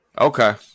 Okay